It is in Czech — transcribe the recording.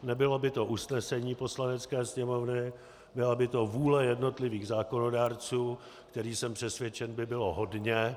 Nebylo by to usnesení Poslanecké sněmovny, byla by to vůle jednotlivých zákonodárců, kterých by, jsem přesvědčen, bylo hodně.